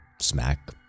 smack